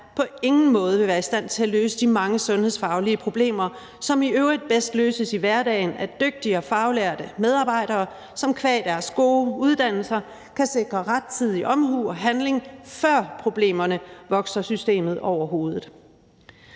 på ingen måde vil være i stand til at løse de mange sundhedsfaglige problemer, som i øvrigt bedst løses i hverdagen af dygtige og faglærte medarbejdere, som qua deres gode uddannelser kan sikre rettidig omhu og handling, før problemerne vokser systemet over hovedet.